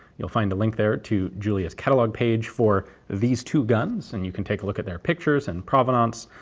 you'll find a link there to julia's catalogue page for these two guns, and you can take a look at their pictures and provenance,